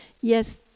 yes